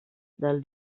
del